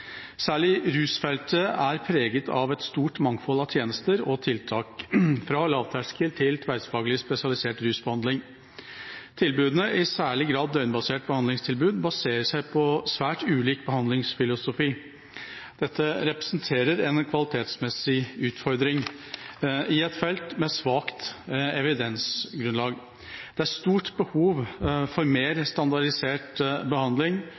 Særlig rusfeltet er preget av et stort mangfold av tjenester og tiltak, fra lavterskel til tverrfaglig spesialisert rusbehandling. Tilbudene, i særlig grad døgnbasert behandlingstilbud, baserer seg på svært ulik behandlingsfilosofi. Dette representerer en kvalitetsmessig utfordring i et felt med svakt evidensgrunnlag. Det er stort behov for mer standardisert behandling